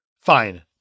Fine